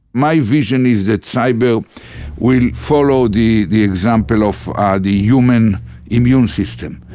my vision is that cyber will follow the the example of ah the human immune system.